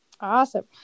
Awesome